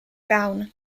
brown